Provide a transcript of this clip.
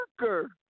worker